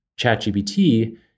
ChatGPT